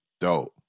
Dope